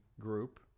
group